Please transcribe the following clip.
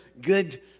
good